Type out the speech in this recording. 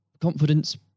confidence